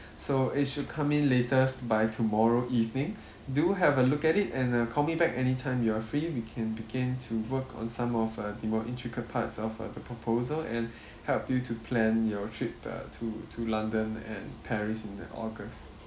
so it should come in latest by tomorrow evening do have a look at it and uh call me back anytime you are free we can begin to work on some of uh the more intricate parts of uh the proposal and help you to plan your trip uh to to london and paris in uh august